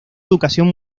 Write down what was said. educación